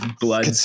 blood